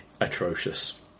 atrocious